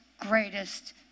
greatest